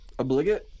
Obligate